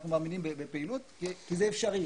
אנחנו מאמינים בפעילות כי זה אפשרי.